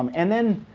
um and then,